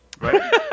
right